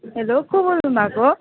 hello को बोल्नु भएको